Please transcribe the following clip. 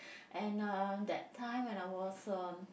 and uh that time when I was um